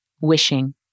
wishing